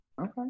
Okay